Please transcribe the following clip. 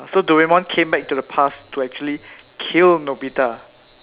so Doraemon came back to the past to actually kill Nobita